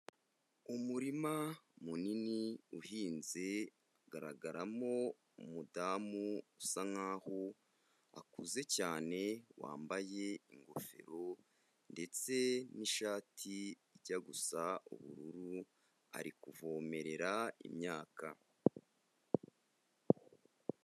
Umurima munini uhinze, hagaragaramo umudamu usa nkaho akuze cyane, wambaye ingofero ndetse n'ishati ijya gusa ubururu, ari kuvomerera imyaka.